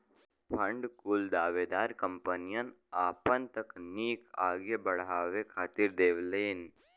fund कुल दावेदार कंपनियन आपन तकनीक आगे अड़ावे खातिर देवलीन